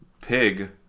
pig